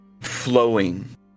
flowing